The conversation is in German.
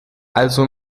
also